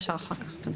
ישר אחר כך.